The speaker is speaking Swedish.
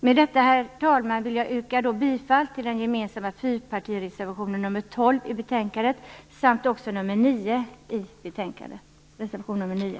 Men detta, herr talman, yrkar jag bifall till fyrpartireservationen, alltså reservation nr 12 i betänkandet, samt till reservation 9.